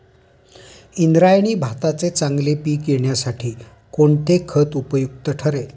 इंद्रायणी भाताचे चांगले पीक येण्यासाठी कोणते खत उपयुक्त ठरेल?